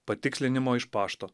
patikslinimo iš pašto